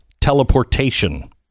teleportation